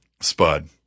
Spud